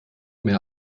mehr